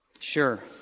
Sure